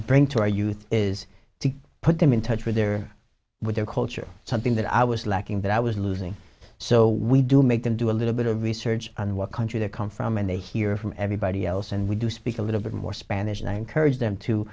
bring to our youth is to put them in touch with their with their culture something that i was lacking that i was losing so we do make them do a little bit of research on what country they come from and they hear from everybody else and we do speak a little bit more spanish and courage them to